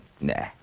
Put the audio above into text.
Nah